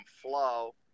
flow